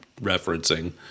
referencing